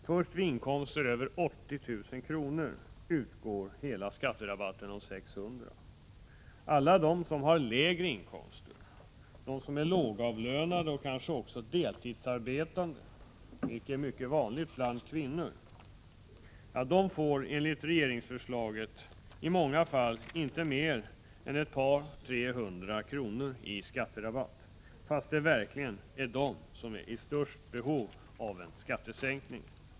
Först vid inkomster över 80 000 kr. utgår hela skatterabatten om 600 kr. Alla de som har lägre inkomster, de som är lågavlönade och kanske också deltidsar betande, vilket är mycket vanligt bland kvinnor, får enligt regeringsförslaget i många fall inte mer än ett par tre hundra kronor i skatterabatt, fast det verkligen är de som är i störst behov av en skattesänkning.